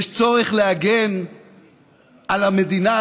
יש צורך להגן על המדינה,